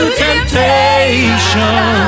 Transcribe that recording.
temptation